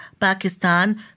Pakistan